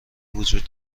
وجود